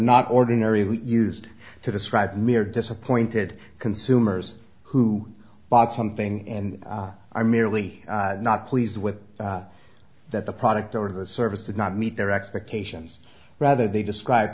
not ordinary what used to describe mere disappointed consumers who bought something and are merely not pleased with that the product or the service did not meet their expectations rather they describe